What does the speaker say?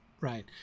right